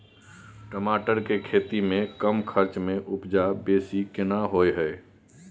टमाटर के खेती में कम खर्च में उपजा बेसी केना होय है?